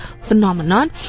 phenomenon